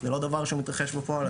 זה לא דבר שמתרחש בפועל.